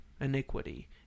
iniquity